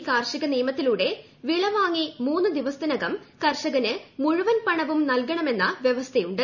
ഈ കാർഷിക നിയമത്തിലൂടെ വിളവാങ്ങി മൂന്നു ദ്ദി്പസത്തിനകം കർഷകന് മുഴുവൻ പണം നല്കണമെന്നു വ്യവസ്ഥയുണ്ട്